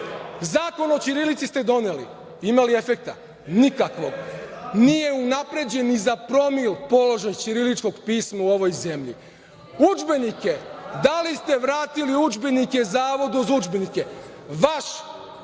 o ćirilici ste doneli. Ima li efekta? Nikakvog. Nije unapređen ni za promil položaj ćiriličkog pisma u ovoj zemlji. Udžbenike, da li ste vratili udžbenike Zavodu za udžbenike? Vaš i